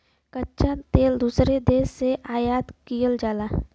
कच्चा तेल दूसरे देश से आयात किहल जाला